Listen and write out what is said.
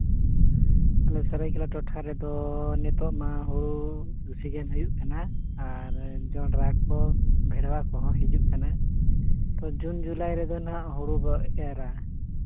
ᱟᱞᱮ ᱥᱚᱨᱟᱭᱠᱮᱞᱟ ᱴᱚᱴᱷᱟ ᱨᱮᱫᱚ ᱱᱤᱛᱚᱜ ᱢᱟ ᱦᱩᱲᱩ ᱵᱮᱥᱤᱜᱟᱱ ᱦᱩᱭᱩᱜ ᱠᱟᱱᱟ ᱟᱨ ᱡᱚᱸᱰᱨᱟ ᱠᱚ ᱵᱷᱮᱸᱰᱨᱟ ᱠᱚᱦᱚᱸ ᱦᱤᱡᱩᱜ ᱠᱟᱱᱟ ᱛᱳ ᱡᱩᱱ ᱡᱩᱞᱟᱭ ᱨᱮᱫᱚ ᱦᱟᱸᱜ ᱦᱩᱲᱩ ᱠᱚ ᱮᱨᱟ